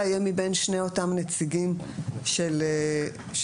יהיה מבין שני אותם נציגים של העירייה.